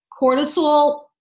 Cortisol